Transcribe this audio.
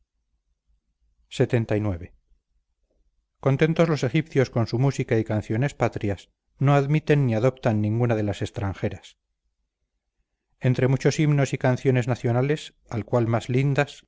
espléndidos banquetes lxxix contentos los egipcios con su música y canciones patrias no admiten ni adoptan ninguna de las extranjeras entre muchos himnos y canciones nacionales a cual más lindas